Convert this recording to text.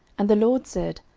and the lord said,